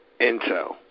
intel